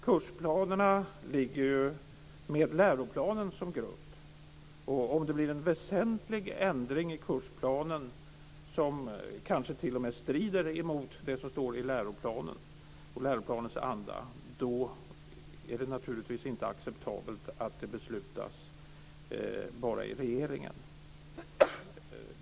Kursplanerna har ju läroplanen som grund, och om det blir en väsentlig ändring i kursplanen kanske det t.o.m. strider mot det som står i läroplanen och mot läroplanens anda. Då är det naturligtvis inte acceptabelt att detta beslutas bara i regeringen.